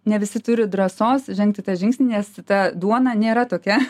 ne visi turi drąsos žengti tą žingsnį nes ta duona nėra tokia